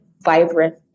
vibrant